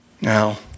Now